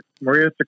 Maria